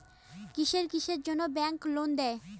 কিসের কিসের জন্যে ব্যাংক লোন দেয়?